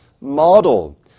model